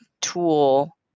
Tool